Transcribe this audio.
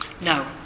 No